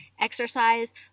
exercise